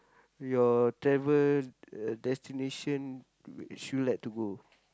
your travel uh destination which you like to go